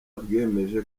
bwiyemeje